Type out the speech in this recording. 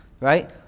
Right